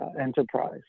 enterprise